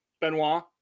Benoit